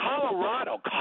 Colorado